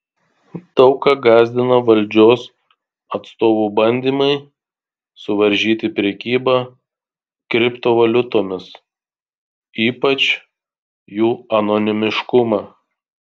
daug ką gąsdina valdžios atstovų bandymai suvaržyti prekybą kriptovaliutomis ypač jų anonimiškumą